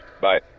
Bye